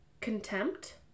contempt